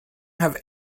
have